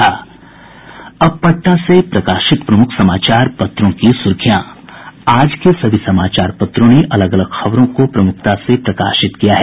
अब पटना से प्रकाशित प्रमुख समाचार पत्रों की सुर्खियां आज के सभी समाचार पत्रों ने अलग अलग खबरों को प्रमुखता से प्रकाशित किया है